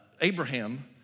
Abraham